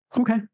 Okay